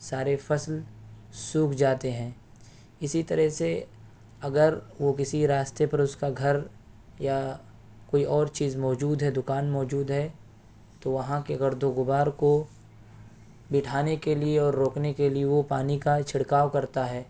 سارے فصل سوکھ جاتے ہیں اسی طرح سے اگر وہ کسی راستے پر اس کا گھر یا کوئی اور چیز موجود ہے دکان موجود ہے تو وہاں کے گرد و غبار کو بٹھانے کے لیے اور روکنے كے لیے وہ پانی كا چھڑكاؤ كرتا ہے